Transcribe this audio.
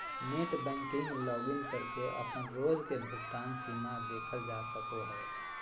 net banking login करके अपन रोज के भुगतान सीमा देखल जा सको हय